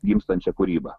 gimstančią kūrybą